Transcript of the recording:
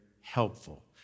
helpful